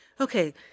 Okay